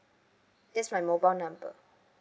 that's my mobile number